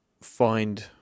find